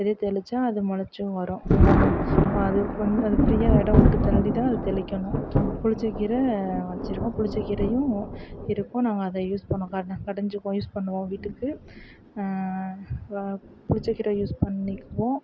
விதை தெளித்தா அது முளச்சும் வரும் அது வந்து அது ஃப்ரியாக இடம் உட்டுத் தள்ளி தான் அது தெளிக்கணும் புளிச்சக்கீரை வச்சிருக்கோம் புளிச்சக்கீரையும் இருக்கும் நாங்கள் அதை யூஸ் பண்ணு கடை கடைஞ்சிக்குவோம் யூஸ் பண்ணுவோம் வீட்டுக்கு வ புளிச்சக்கீரை யூஸ் பண்ணிக்குவோம்